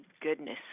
goodness